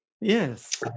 yes